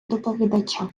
доповідача